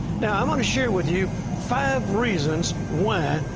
now, i want to share with you five reasons why,